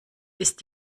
ist